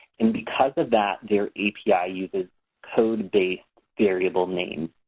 and because of that, their api ah uses code-based variable names.